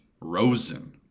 Rosen